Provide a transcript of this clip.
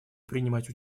принимать